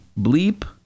bleep